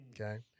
okay